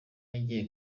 yagiye